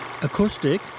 acoustic